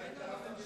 גם אתה התלהבת.